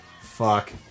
fuck